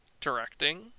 Directing